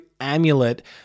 amulet